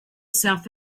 south